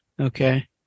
Okay